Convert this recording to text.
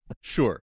Sure